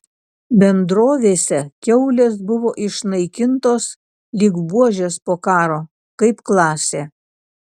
bendrovėse kiaulės buvo išnaikintos lyg buožės po karo kaip klasė